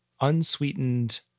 unsweetened